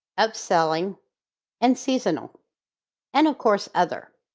upselling and seasonal and of course other